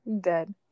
Dead